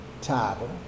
title